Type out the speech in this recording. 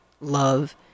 love